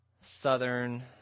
southern